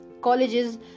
Colleges